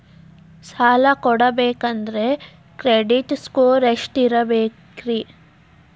ಸಾಲ ತಗೋಬೇಕಂದ್ರ credit score ಎಷ್ಟ ಇರಬೇಕ್ರಿ?